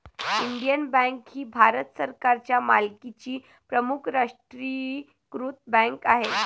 Indian bank ही भारत सरकारच्या मालकीची प्रमुख राष्ट्रीयीकृत बँक आहे